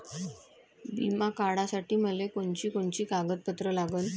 बिमा काढासाठी मले कोनची कोनची कागदपत्र लागन?